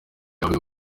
avuga